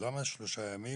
למה שלושה ימים?